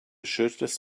shirtless